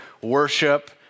worship